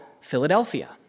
Philadelphia